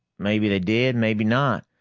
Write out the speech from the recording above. maybe they did, maybe not.